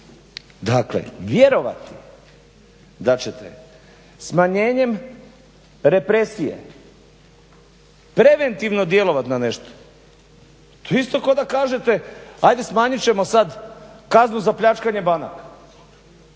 Dakle vjerovati da ćete smanjenjem represije preventivno djelovati na nešto, to je isto kao da kažete ajde smanjit ćemo sad kaznu za pljačku banaka,